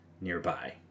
nearby